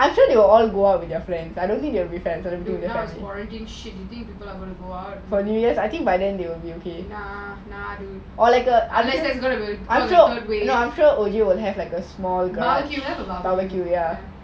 all the COVID shit ya nah unless there's gonna be third wave